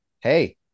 hey